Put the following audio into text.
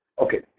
Okay